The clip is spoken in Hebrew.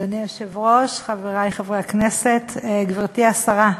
אדוני היושב-ראש, חברי חברי הכנסת, גברתי השרה,